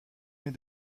nés